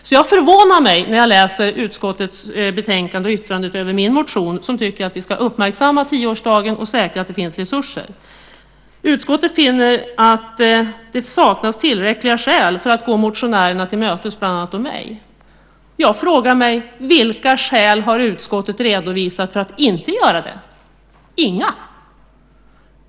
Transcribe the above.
Jag blir därför förvånad när jag läser utskottets betänkande och yttrandet över min motion där jag säger att jag tycker att vi ska uppmärksamma tioårsdagen och säkra att det finns resurser. Utskottet finner att det saknas tillräckliga skäl för att gå motionärerna, bland annat mig, till mötes. Jag frågar mig då: Vilka skäl har utskottet redovisat för att inte göra det? Inga!